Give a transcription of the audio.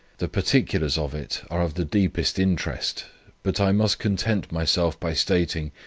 the particulars of it are of the deepest interest but i must content myself by stating,